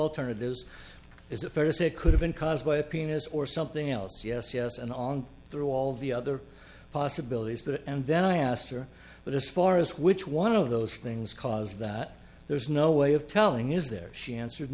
alternatives is it fair to say it could have been caused by a penis or something else yes yes and on through all the other possibilities but and then i asked her but as far as which one of those things cause that there's no way of telling is there she answered